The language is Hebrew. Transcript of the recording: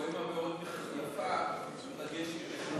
פואמה מאוד יפה ומרגשת,